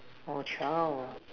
orh twelve